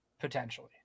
potentially